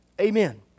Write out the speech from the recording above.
Amen